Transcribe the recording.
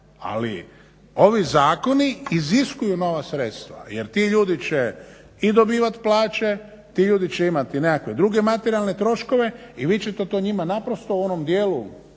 Ali ovi zakoni iziskuju nova sredstva jer ti ljudi će i dobivati plaće, ti ljudi će imati nekakve druge materijalne troškove i vi ćete to njima naprosto u onom dijelu ne